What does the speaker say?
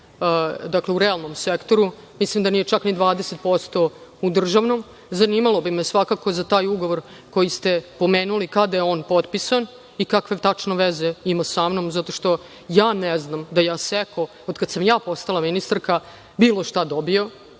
u realnom sektoru, mislim da nije čak ni 20% u državnom. Zanimalo bi me svakako za taj ugovor koji ste pomenuli, kada je on potpisan i kakve tačno veze ima sa mnom, zato što ja ne znam da je „Asecco“, od kad sam ja postala ministarka, bilo šta dobio